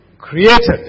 created